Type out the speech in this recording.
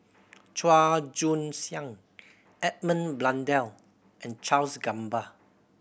Chua Joon Siang Edmund Blundell and Charles Gamba